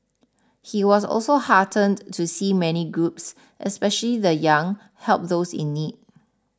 he was also heartened to see many groups especially the Young help those in need